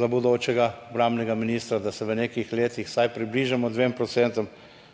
za bodočega obrambnega ministra, da se v nekih letih vsaj približamo dvema procentom,